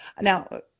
Now